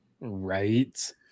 Right